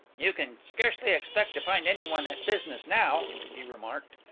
you can scarcely expect to find anyone at business now, he remarked.